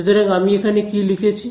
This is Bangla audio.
সুতরাং আমি এখানে কি লিখেছি